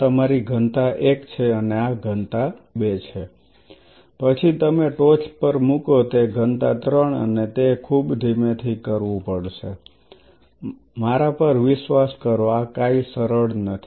આ તમારી ઘનતા 1 છે અને આ ઘનતા 2 છે પછી તમે ટોચ પર મૂકો તે ઘનતા 3 અને તે ખૂબ ધીમેથી કરવું પડશે મારા પર વિશ્વાસ કરો આ કાય સરળ નથી